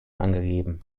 angegeben